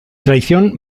traición